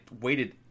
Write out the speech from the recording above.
waited